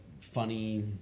funny